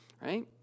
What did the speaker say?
right